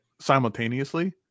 simultaneously